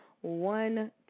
one